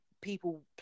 people